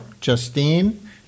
Justine